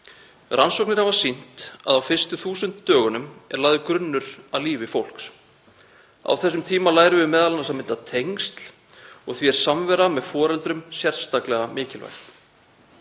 Rannsóknir hafa sýnt að á fyrstu 1000 dögunum er lagður grunnur að lífi fólks. Á þessum tíma lærum við m.a. að mynda tengsl og því er samvera með foreldrum sérstaklega mikilvæg.